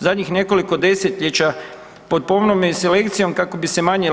Zadnjih nekoliko desetljeća pod pomnom je selekcijom kako bi se manje